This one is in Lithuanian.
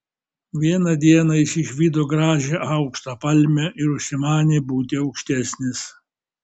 vieną dieną jis išvydo gražią aukštą palmę ir užsimanė būti aukštesnis